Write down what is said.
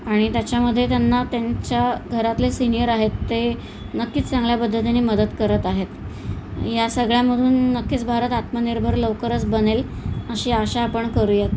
आणि त्याच्यामध्ये त्यांना त्यांच्या घरातले सिनियर आहेत ते नक्कीच चांगल्या पद्धतीने मदत करत आहेत या सगळ्यामधून नक्कीच भारत आत्मनिर्भर लवकरच बनेल अशी आशा आपण करूयात